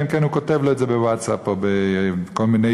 אלא אם כן הוא כותב לו את זה בווטסאפ או בכל מיני